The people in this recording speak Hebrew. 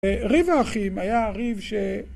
ריב האחים היה ריב ש...